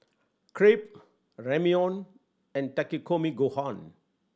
Crepe Ramyeon and Takikomi Gohan